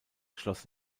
schloss